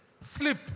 sleep